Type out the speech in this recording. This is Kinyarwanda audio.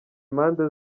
impande